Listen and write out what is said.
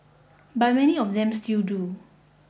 but many of them still do